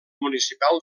municipal